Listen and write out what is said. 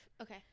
Okay